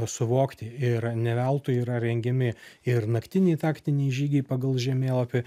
suvokti ir neveltui yra rengiami ir naktiniai taktiniai žygiai pagal žemėlapį